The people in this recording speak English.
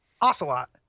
Ocelot